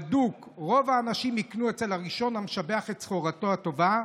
בדוק: רוב האנשים ייקנו אצל הראשון המשבח את סחורתו הטובה,